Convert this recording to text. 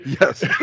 Yes